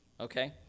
Okay